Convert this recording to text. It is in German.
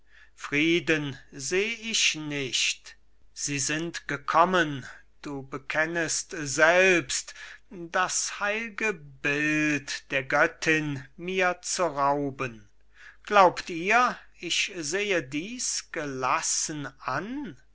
frieden seh ich nicht sie sind gekommen du bekennest selbst das heil'ge bild der göttin mir zu rauben glaubt ihr ich sehe dies gelassen an